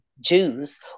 Jews